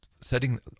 setting